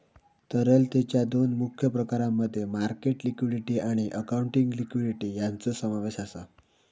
तरलतेच्या दोन मुख्य प्रकारांमध्ये मार्केट लिक्विडिटी आणि अकाउंटिंग लिक्विडिटी यांचो समावेश आसा